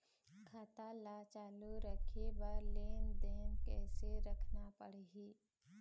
खाता ला चालू रखे बर लेनदेन कैसे रखना पड़ही?